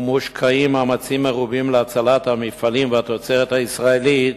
ומושקעים מאמצים מרובים להצלת המפעלים והתוצרת הישראלית,